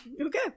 okay